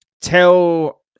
tell